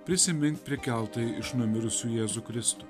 prisimink prikeltąjį iš numirusių jėzų kristų